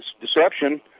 deception